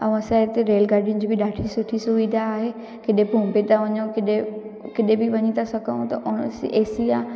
ऐं असांजे हिते रेलगाॾियुनि जी बि ॾाढियूं सुठी सुविधा आहे किथे बॉम्बे था वञूं किथे किथे बि वञी था सघूं त एसी आहे